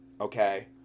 okay